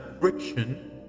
friction